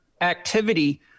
activity